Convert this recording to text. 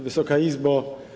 Wysoka Izbo!